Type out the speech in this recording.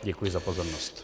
Děkuji za pozornost.